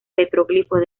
petroglifos